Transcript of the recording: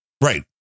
Right